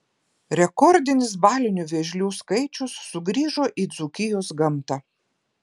rekordinis balinių vėžlių skaičius sugrįžo į dzūkijos gamtą